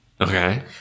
Okay